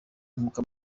nk’uko